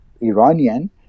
Iranian